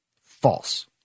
False